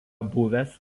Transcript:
buvęs